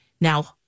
Now